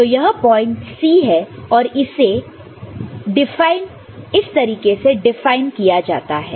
तो यह point C है और इसे इसे डिफाइन किया जाता है